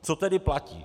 Co tedy platí?